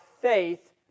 faith